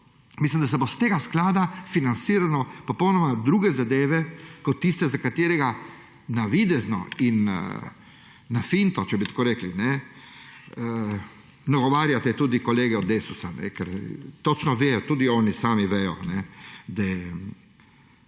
mislim, da se bo iz tega sklada financiralo popolnoma druge zadeve kot pa tiste, zaradi katerih navidezno in s finto, če bi tako rekli, nagovarjate tudi kolege iz Desusa, ker točno vejo, tudi oni sami vejo, da ne